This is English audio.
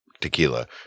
tequila